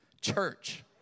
church